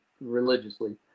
religiously